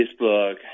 Facebook